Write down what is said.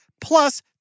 plus